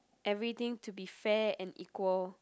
everything to be fair and equal